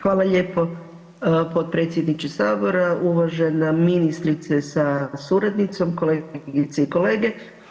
Hvala lijepo potpredsjedniče Sabora, uvažena ministrice sa suradnicom, kolegice i kolege.